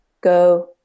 go